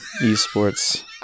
esports